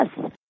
Yes